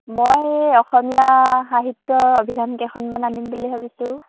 মই এই অসমীয়া সাহিত্যৰ অভিধান কেইখনমান আনিম বুলি ভাবিছোঁ